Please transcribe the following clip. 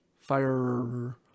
Fire